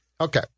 Okay